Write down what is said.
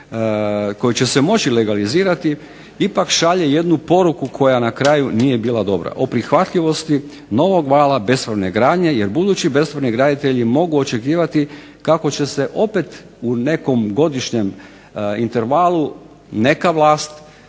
koji će se moći legalizirati ipak šalje jednu poruku koja na kraju nije bila dobra o prihvatljivosti novog vala bespravne gradnje, jer budući besplatni graditelji mogu očekivati kako će se opet u nekom godišnjem intervalu neka vlast